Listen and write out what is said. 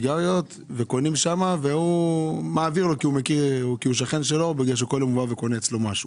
הסיגריות רק כי אותו צעיר הוא שכן שלו והוא כל יום קונה אצלו משהו.